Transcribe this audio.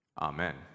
Amen